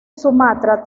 sumatra